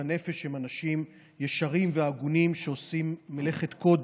הנפש הם אנשים ישרים והגונים שעושים מלאכת קודש.